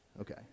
Okay